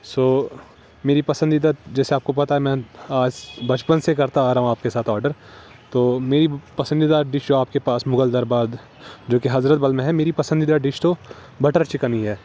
سو میری پسندیدہ جیسے آپ کو پتا ہے میں بچپن سے کرتا آ رہا ہوں آپ کے ساتھ آڈر تو میری پسندیدہ ڈش آپ کے پاس مغل درباد جو کہ حضرت بل میں ہے میری پسندیدہ ڈش تو بٹر چکن ہی ہے